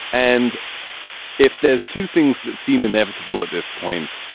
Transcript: and if there's two things that seem inevitable at this point.